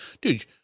Dude